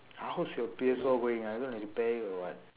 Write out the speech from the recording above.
how's your P_S four going are you going to repair it or what